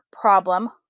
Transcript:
problem